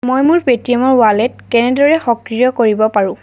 মই মোৰ পে'টিএমৰ ৱালেট কেনেদৰে সক্ৰিয় কৰিব পাৰোঁ